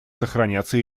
сохраняться